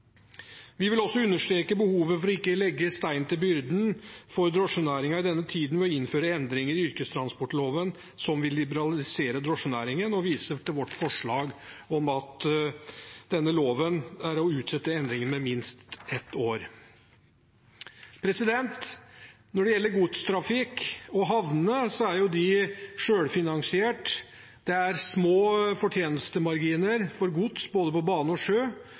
Vi vil også understreke behovet for ikke å legge stein til byrden for drosjenæringen i denne tiden ved å innføre endringer i yrkestransportloven som vil liberalisere drosjenæringen, og viser til vårt forslag om å utsette endringen i loven med minst ett år. Når det gjelder godstrafikk og havnene, er de selvfinansiert. Det er små fortjenestemarginer for gods på både bane og sjø,